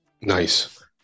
Nice